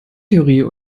theorie